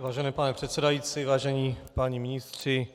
Vážený pane předsedající, vážení páni ministři,